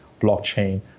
blockchain